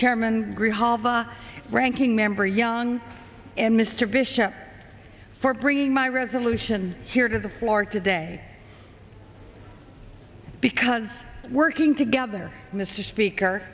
the ranking member young and mr bishop for bringing my resolution here to the floor today because working together mr speaker